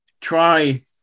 try